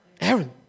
Aaron